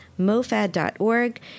mofad.org